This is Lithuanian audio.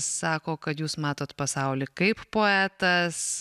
sako kad jūs matot pasaulį kaip poetas